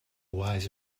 wise